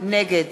נגד